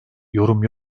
yorum